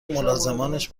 ملازمانش